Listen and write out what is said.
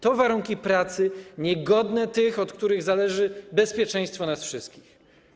To warunki pracy niegodne tych, od których zależy bezpieczeństwo nas wszystkich.